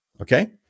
Okay